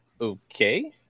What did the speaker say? okay